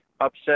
upset